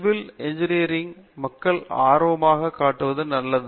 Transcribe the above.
civil engineering ல் மக்கள் ஆர்வம் காட்டுவது நல்லது